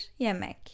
yemek